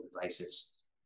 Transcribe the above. devices